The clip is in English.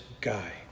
guy